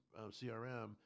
CRM